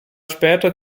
später